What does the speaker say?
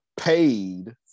Paid